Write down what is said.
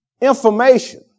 Information